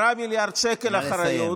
10 מיליארד שקל אחריות,